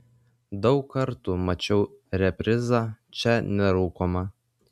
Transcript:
daug kartų mačiau reprizą čia nerūkoma